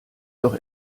doch